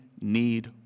need